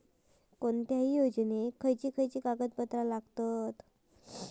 कोणत्याही योजनेक काय काय कागदपत्र लागतत?